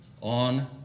on